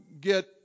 get